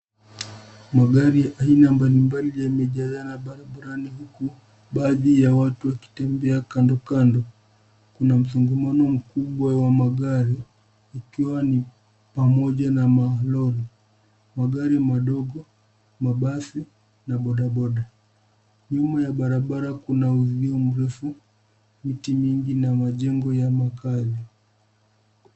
Magari aina mbali mbali yamejazana barabarani huku baadhi ya watu wakitembea kando kando kuna msogamano mkubwa wa magari ikiwa ni pamoja na malori, magari madogo, mabasi na bodaboda. Nyuma ya barabara kuna uzio mrefu, miti mingi na majengo ya magari.